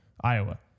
Iowa